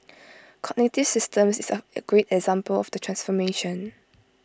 cognitive systems is A great example of the transformation